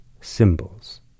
symbols